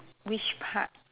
which part